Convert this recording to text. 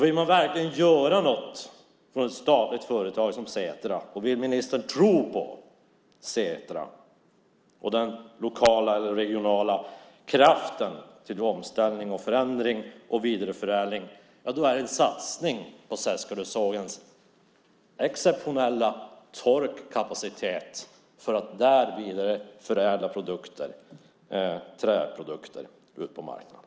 Vill man verkligen göra något på ett statligt företag som Setra, och vill ministern tro på Setra och den lokala och regionala kraften till omställning, förändring och vidareförädling, då ska man göra en satsning på Seskarösågens exceptionella torkkapacitet för att där vidareförädla träprodukter som ska ut på marknaden.